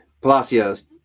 palacios